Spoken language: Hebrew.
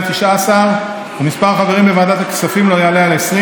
19 ומספר החברים בוועדת הכספים לא יעלה על 20,